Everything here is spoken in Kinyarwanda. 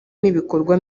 n’ibikorwa